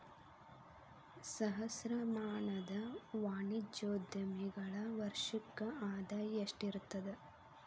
ಸಹಸ್ರಮಾನದ ವಾಣಿಜ್ಯೋದ್ಯಮಿಗಳ ವರ್ಷಕ್ಕ ಆದಾಯ ಎಷ್ಟಿರತದ